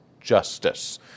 justice